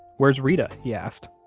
where's reta, he asked?